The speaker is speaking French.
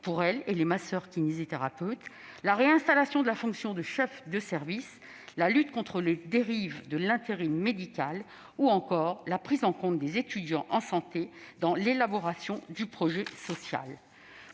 pour elles et les masseurs-kinésithérapeutes ; la réinstallation de la fonction de chef de service ; la lutte contre les dérives de l'intérim médical ; ou encore la prise en compte des étudiants en santé dans l'élaboration du projet social.